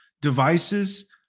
devices